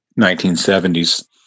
1970s